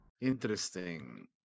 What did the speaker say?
Interesting